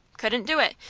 couldn't do it.